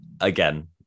again